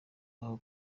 aho